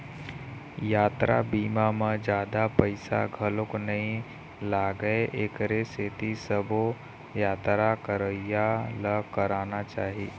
यातरा बीमा म जादा पइसा घलोक नइ लागय एखरे सेती सबो यातरा करइया ल कराना चाही